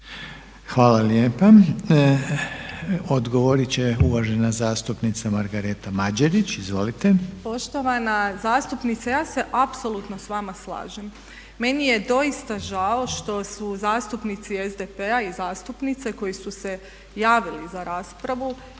Hvala lijepa. Odgovoriti će uvažena zastupnica Margareta Mađerić. Izvolite. **Mađerić, Margareta (HDZ)** Poštovana zastupnice ja se apsolutno s vama slažem. Meni je doista žao što su zastupnici SDP-a i zastupnice koje su se javile za raspravu